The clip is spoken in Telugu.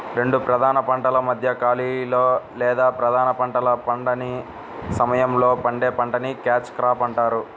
రెండు ప్రధాన పంటల మధ్య ఖాళీలో లేదా ప్రధాన పంటలు పండని సమయంలో పండే పంటని క్యాచ్ క్రాప్ అంటారు